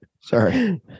Sorry